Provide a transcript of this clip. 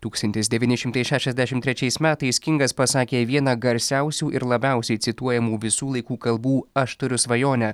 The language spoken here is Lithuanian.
tūkstantis devyni šimtai šešiasdešim trečiais metais kingas pasakė vieną garsiausių ir labiausiai cituojamų visų laikų kalbų aš turiu svajonę